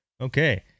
Okay